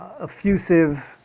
effusive